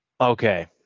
okay